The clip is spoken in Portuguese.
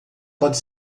pode